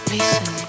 Listen